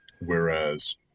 whereas